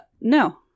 No